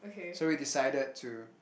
so we decided to